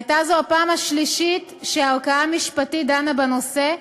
הייתה זו הפעם השלישית שערכאה משפטית דנה בנושא,